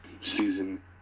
season